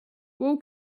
will